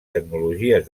tecnologies